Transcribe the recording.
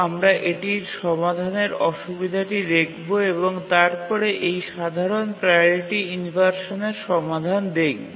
আমরা এটির সমাধানের অসুবিধাটি দেখবো এবং তারপরে এই সাধারণ প্রাওরিটি ইনভারসানের সমাধান দেখবো